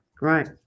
Right